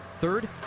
Third